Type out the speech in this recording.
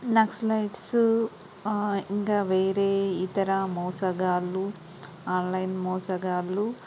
Naxalites ఇంకా వేరే ఇతర మోసగాళ్లు ఆన్లైన్ మోసగాళ్లు